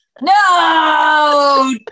No